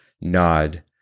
nod